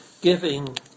giving